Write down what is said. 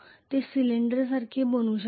ते सिलेंडरसारखे बनू शकते